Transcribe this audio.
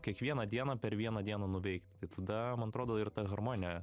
kiekvieną dieną per vieną dieną nuveikt tai tada man atrodo ir ta harmonija